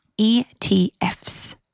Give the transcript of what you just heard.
ETFs